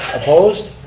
opposed?